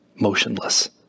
motionless